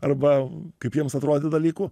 arba kaip jiems atrodė dalykų